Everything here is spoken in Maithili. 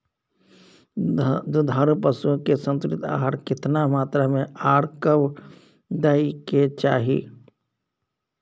दुधारू पशुओं के संतुलित आहार केतना मात्रा में आर कब दैय के चाही?